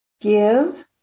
give